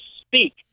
speak